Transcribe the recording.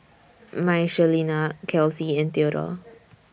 Michelina Kelsey and Theodore